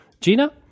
Gina